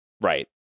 Right